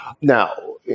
Now